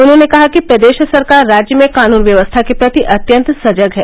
उन्होंने कहा कि प्रदेश सरकार राज्य में कानन व्यवस्था के प्रति अत्यंत सजग है